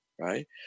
right